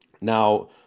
Now